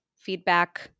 feedback